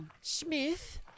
Smith